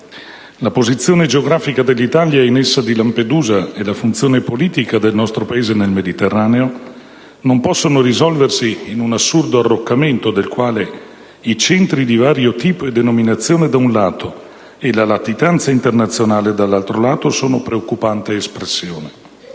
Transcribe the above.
La posizione geografica dell'Italia, e in essa di Lampedusa, e la funzione politica del nostro Paese nel Mediterraneo non possono risolversi in un assurdo arroccamento, del quale i centri di vario tipo e denominazione da un lato e la latitanza internazionale dall'altro lato sono preoccupante espressione.